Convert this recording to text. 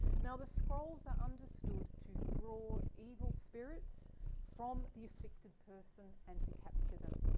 now the scrolls are understood to draw evil spirits from the afflicted person and to capture them.